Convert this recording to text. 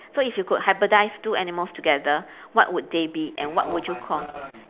so if you could hybridise two animals together what would they be and what would you call